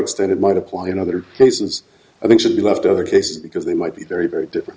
extent it might apply in other cases i think should be left to other cases because they might be very very different